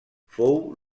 fou